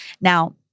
Now